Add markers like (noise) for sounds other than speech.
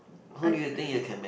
I (breath)